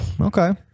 Okay